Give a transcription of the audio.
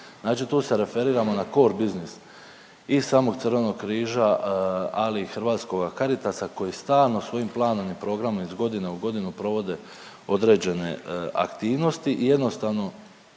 Znači tu se referiramo na core business i samog Crvenog križa ali i hrvatskoga Caritasa koji stalno svojim planom i programom iz godine u godinu provode određene aktivnosti i jednostavno